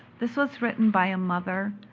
this was written by a mother,